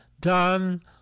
done